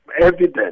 evidence